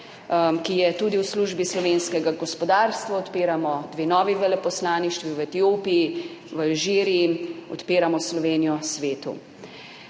ki je tudi v službi slovenskega gospodarstva. Odpiramo dve novi veleposlaništvi, v Etiopiji in Alžiriji, odpiramo Slovenijo svetu.